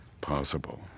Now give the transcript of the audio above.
possible